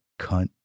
cunt